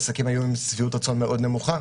העסקים היו עם שביעות רצון מאוד נמוכה,